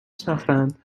شناختند